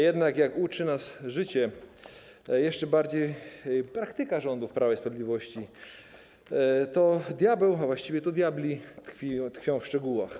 Jednak jak uczy nas życie, a jeszcze bardziej praktyka rządów Prawa i Sprawiedliwości, to diabeł, a właściwie diabli tkwią w szczegółach.